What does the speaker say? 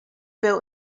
built